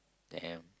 damn